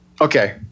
Okay